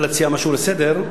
משהו לסדר.